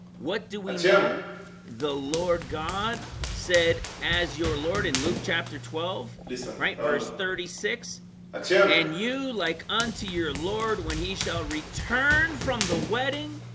what do we know the lord god said as your lord in luke chapter twelve right verse thirty six and you like unto your lord when he shall return from the wedding